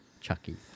Chucky